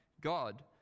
God